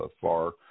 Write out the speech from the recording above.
far